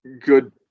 good